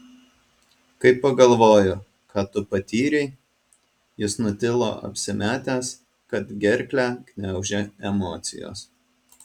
kai pagalvoju ką tu patyrei jis nutilo apsimetęs kad gerklę gniaužia emocijos